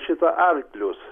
šita arklius